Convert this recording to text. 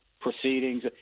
Proceedings